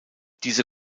diese